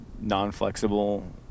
non-flexible